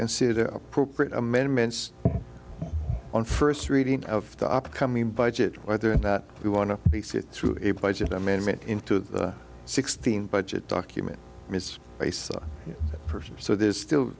consider appropriate amendments on first reading of the upcoming budget whether or not we want to sit through a budget amendment into the sixteen budget document ms first so there's still